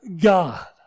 God